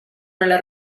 nella